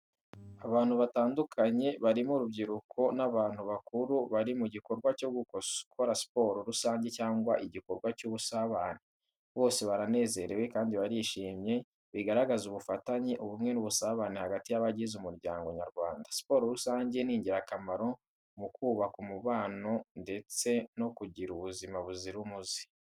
Abantu batandukanye barimo urubyiruko n’abantu bakuru bari mu gikorwa cyo gukora siporo rusange cyangwa igikorwa cy’ubusabane. Bose baranezerewe kandi barishimye, bigaragaza ubufatanye, ubumwe n’ubusabane hagati y’abagize umuryango nyarwanda. Siporo rusange ni ingirakamaro mu kubaka umubano ndetse no kugira ubuzima buzira umuze.